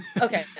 okay